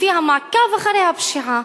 לפי המעקב אחרי הפשיעה,